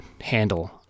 handle